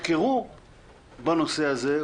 שיקול דעת מוטעה גם יכול להיות במסגרת אותה גלישה?